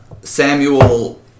Samuel